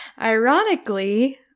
Ironically